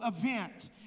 event